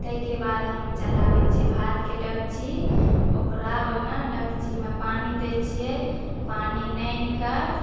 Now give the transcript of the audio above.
ताहिके बाद हम चढ़ाबैत छियै भातके डेकची ओकरा ओहिमे डेकचीमे पानी दैत छियै पानी लानिके